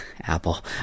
Apple